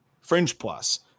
fringe-plus